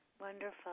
Wonderful